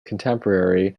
contemporary